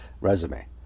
resume